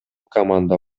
команда